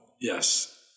yes